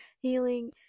healing